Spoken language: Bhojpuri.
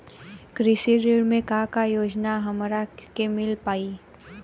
कृषि ऋण मे का का योजना हमरा के मिल पाई?